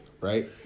Right